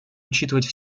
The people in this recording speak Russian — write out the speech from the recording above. учитывать